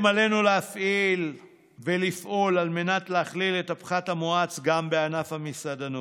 עלינו להפעיל ולפעול על מנת להכליל את הפחת המואץ גם בענף המסעדנות.